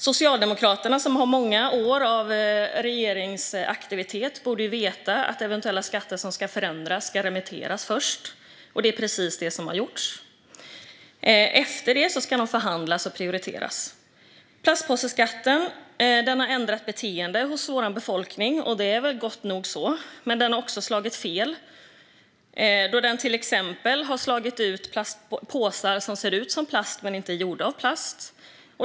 Socialdemokraterna, som har många år av regeringsaktivitet bakom sig, borde veta att eventuella skatter som ska förändras ska remitteras först. Det är precis det som har gjorts. Därefter ska de förhandlas och prioriteras. Plastpåseskatten har ändrat beteendet hos vår befolkning, och det är väl gott så. Men den har också slagit fel, då den till exempel har slagit ut påsar som ser ut som plast men som inte är gjorda av plast.